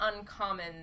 uncommon